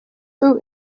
who